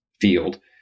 field